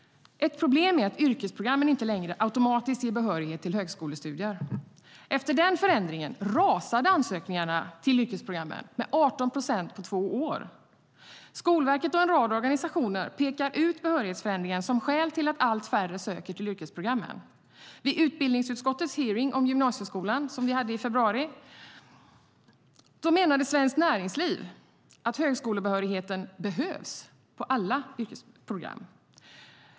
Ett problem är att yrkesprogrammen inte längre automatiskt ger behörighet till högskolestudier. Efter den förändringen rasade ansökningarna till yrkesprogrammen med 18 procent på två år. Skolverket och en rad organisationer pekar ut behörighetsförändringen som skäl till att allt färre söker till yrkesprogrammen. Vid utbildningsutskottets hearing om gymnasieskolan i februari menade Svenskt Näringsliv att högskolebehörigheten behövs på alla yrkesprogram.